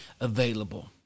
available